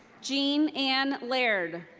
jean ann laird.